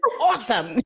awesome